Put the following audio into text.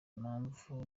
impamvu